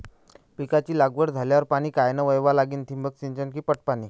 पिकाची लागवड झाल्यावर पाणी कायनं वळवा लागीन? ठिबक सिंचन की पट पाणी?